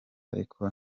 ariko